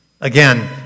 again